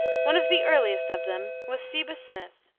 one of the earliest of them was seba smith,